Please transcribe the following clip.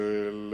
הוא